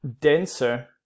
denser